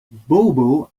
bobo